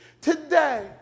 Today